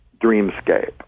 dreamscape